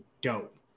dope